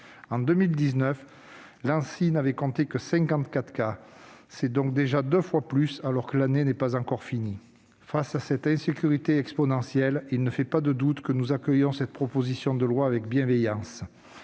en 2019, l'Anssi n'avait compté que 54 cas. C'est donc déjà deux fois plus, alors que l'année n'est pas encore finie ... Face à cette insécurité qui progresse de façon exponentielle, il ne fait pas de doute que nous accueillons cette proposition loi avec bienveillance.